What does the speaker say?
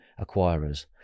acquirers